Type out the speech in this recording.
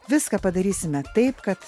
viską padarysime taip kad